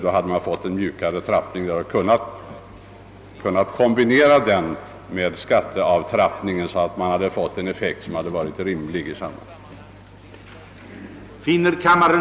Då hade man fått en mjukare avtrappning som man hade kunnat kombinera med skatteavtrappningen. Därigenom hade man fått en effekt som varit rimlig i sammanhanget.